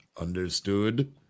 Understood